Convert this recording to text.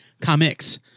Comics